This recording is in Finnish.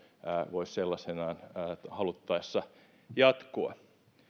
voisi sellaisenaan haluttaessa jatkua